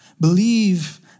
Believe